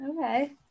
Okay